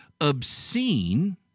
obscene